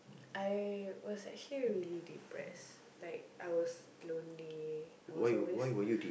I was actually really depressed like I was lonely I was always